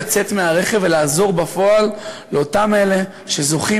לצאת מהרכב ולעזור בפועל לאותם אלה שזוכים